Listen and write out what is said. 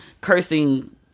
cursing